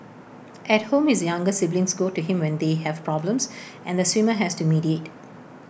at home his younger siblings go to him when they have problems and the swimmer has to mediate